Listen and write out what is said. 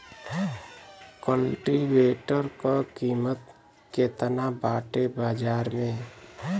कल्टी वेटर क कीमत केतना बाटे बाजार में?